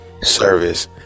service